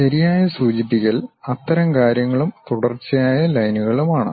ശരിയായ സൂചിപ്പിക്കൽ അത്തരം കാര്യങ്ങളും തുടർച്ചയായ ലൈനുകളുമാണ്